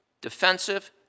defensive